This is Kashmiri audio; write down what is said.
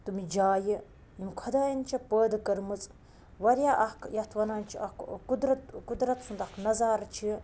تِم جایہِ یِم خۄدایَن چھےٚ پٲدٕ کٔرمٕژ واریاہ اَکھ یَتھ وَنان چھِ اَکھ قُدرَت قُدرَت سُںٛد اَکھ نظارٕ چھِ